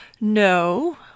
No